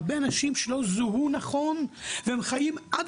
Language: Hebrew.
הרבה אנשים שלא זוהו נכון והם חיים עד